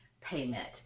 payment